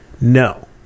No